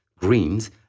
greens